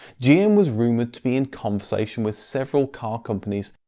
gm was rumoured to be in conversation with several car companies,